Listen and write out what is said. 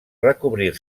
recobrir